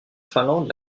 finlande